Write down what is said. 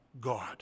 God